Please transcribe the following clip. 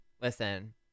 listen